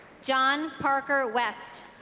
john parker west